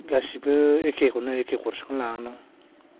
गासिबो एखेखौनो एके कर्सखौनो लानांदों